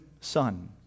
Son